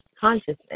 consciousness